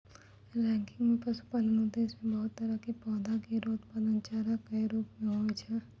ranking म पशुपालन उद्देश्य सें बहुत तरह क पौधा केरो उत्पादन चारा कॅ रूपो म होय छै